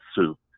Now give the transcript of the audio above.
soup